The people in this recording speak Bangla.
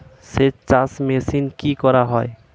সেকচার মেশিন কি করা হয়?